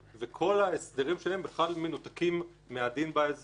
וכל ההסדרים שלהם מנותקים מהדין באזור.